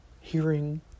Hearing